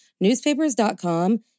newspapers.com